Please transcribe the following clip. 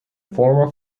former